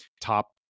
top